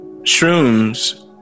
shrooms